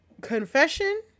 confession